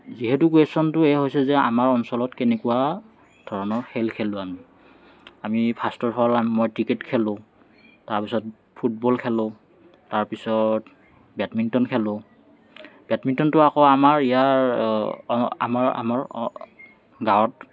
যিহেতু কুৱেচনটো এয়ে হৈছে যে আমাৰ অঞ্চলত কেনেকুৱা ধৰণৰ খেল খেলোঁ আমি আমি ফাৰ্ষ্ট অফ অল মই ক্ৰিকেট খেলোঁ তাৰপিছত ফুটবল খেলোঁ তাৰপিছত বেডমিণ্টন খেলোঁ বেডমিণ্টনটো আকৌ আমাৰ ইয়াৰ আমাৰ আমাৰ অহ গাঁৱত